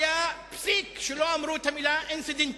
לא היה פסיק שלא אמרו את המלה אינצידנטלי,